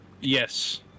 Yes